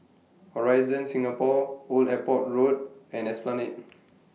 Horizon Singapore Old Airport Road and Esplanade